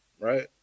right